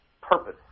purpose